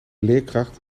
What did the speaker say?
leerkracht